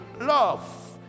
love